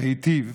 להיטיב.